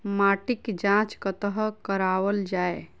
माटिक जाँच कतह कराओल जाए?